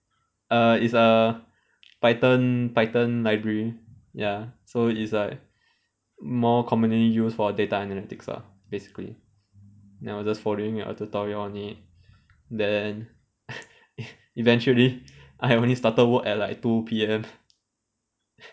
uh it's a python python library ya so it's like more commonly use for data analytics ah basically ya I was just following a tutorial on it then eventually I have only started work at like two P_M